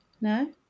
No